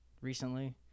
recently